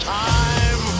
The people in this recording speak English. time